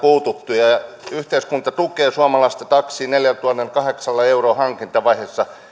puututtu yhteiskunta tukee suomalaista taksia neljällätuhannellakahdeksalla eurolla hankintavaiheessa